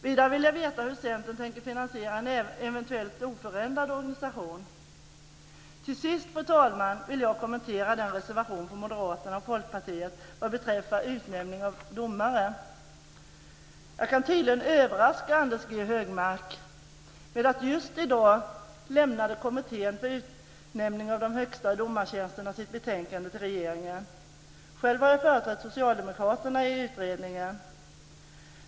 Vidare vill jag veta hur Centern tänker finansiera en eventuellt oförändrad organisation. Till sist, fru talman, vill jag kommentera reservationen från Moderaterna och Folkpartiet vad beträffar utnämningen av domare. Jag kan tydligen överraska Anders G Högmark med att just i dag lämnade kommittén för utnämning av de högsta domartjänsterna sitt betänkande till regeringen. Själv har jag företrätt Socialdemokraterna i utredningen.